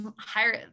higher